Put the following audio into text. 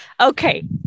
Okay